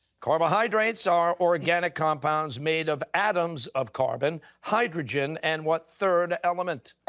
carbohydrates are organic compounds made of atoms of carbon, hydrogen, and what third element?